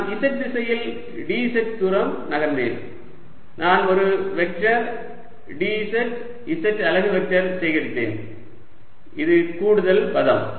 நான் z திசையில் dz தூரம் நகர்கிறேன் நான் ஒரு வெக்டர் dz z அலகு வெக்டர் சேகரிக்கிறேன் இது கூடுதல் பதம்